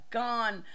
gone